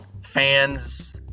fans